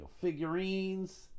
figurines